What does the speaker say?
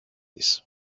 της